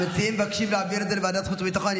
המציעים מבקשים להעביר את זה לוועדת חוץ וביטחון,